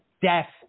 death